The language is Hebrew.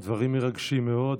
דברים מרגשים מאוד.